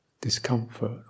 discomfort